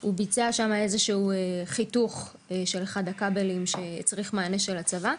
הוא ביצע שם איזשהו חיתוך של אחד מהכבלים שהצריך מענה של הצבא.